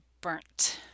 burnt